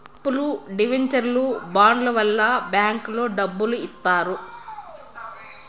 అప్పులు డివెంచర్లు బాండ్ల వల్ల బ్యాంకులో డబ్బులు ఇత్తారు